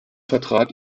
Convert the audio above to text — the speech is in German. vertrat